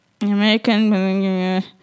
American